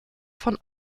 von